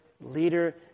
leader